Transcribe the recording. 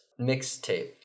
mixtape